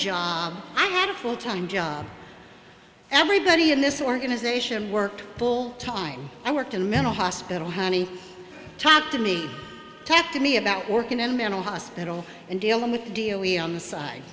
job i had a full time job everybody in this organization worked full time i worked in a mental hospital honey talk to me talk to me about working in a mental hospital and dealing with the deal we on the side